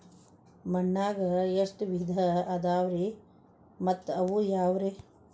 ಮಣ್ಣಾಗ ಎಷ್ಟ ವಿಧ ಇದಾವ್ರಿ ಮತ್ತ ಅವು ಯಾವ್ರೇ?